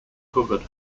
covered